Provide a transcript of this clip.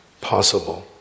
possible